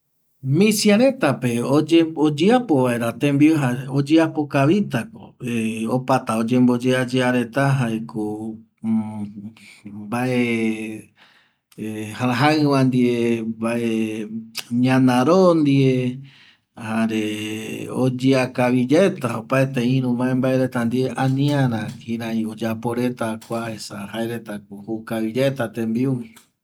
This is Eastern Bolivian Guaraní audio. Misiaretape oyeapo vaera tembiu oyeapo kavitako opatata oyeayea reta jaeko java ndieko mbae jaƚva ndie mbae ñanaro ndie jare oyea kavi yaeta iru mbae mbae reta ndie aniara kirai oyapo reta kua esa jaeretako jou kaviyaeta tembiu